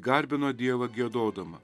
garbino dievą giedodama